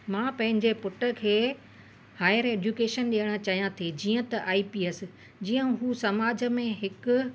मां पंहिंजे पुट खे हायर एज्युकेशन ॾियणु चाहियां थी जीअं त आई पी एस जीअं हू समाज में हिकु